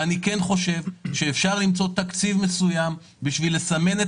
ואני כן חושב שאפשר למצוא תקציב מסוים בשביל לסמן את